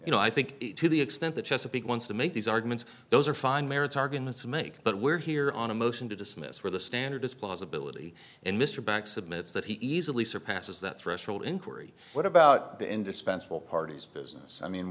you know i think to the extent that chesapeake wants to make these arguments those are fine merits arguments to make but we're here on a motion to dismiss where the standard is plausibility and mr banks admits that he easily surpasses that threshold inquiry what about the indispensable parties business i mean